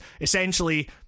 essentially